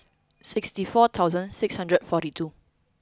sixty four thousand six hundred forty two